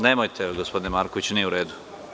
Nemojte, gospodine Markoviću, nije u redu.